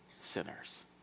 sinners